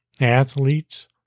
athletes